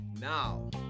Now